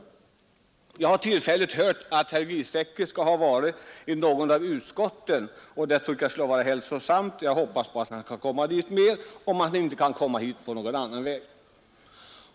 Jag har hört att herr Giesecke tillfälligtvis skall ha varit i något av utskotten. Det tror jag har varit hälsosamt; jag hoppas att han skall komma dit igen, om han inte kan komma hit på någon annan väg.